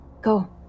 Go